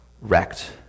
wrecked